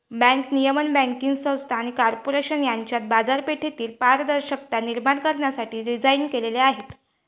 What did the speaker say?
bank नियमन banking संस्था आणि कॉर्पोरेशन यांच्यात बाजारपेठेतील पारदर्शकता निर्माण करण्यासाठी डिझाइन केलेले आहे